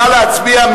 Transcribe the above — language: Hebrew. נא להצביע.